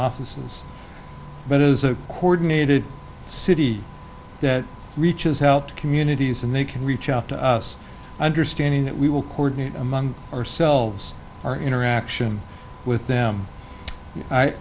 offices but is a coordinated city that reaches out to communities and they can reach out to us understanding that we will coordinate among ourselves our interaction with them i